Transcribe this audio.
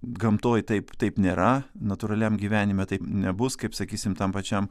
gamtoj taip taip nėra natūraliam gyvenime taip nebus kaip sakysim tam pačiam